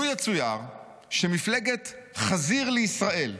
לו יצויר שמפלגת 'חזיר לישראל',